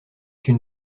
une